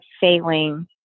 failing